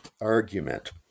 argument